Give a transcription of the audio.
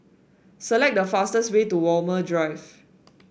select the fastest way to Walmer Drive